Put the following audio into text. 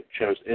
chose